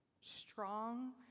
Strong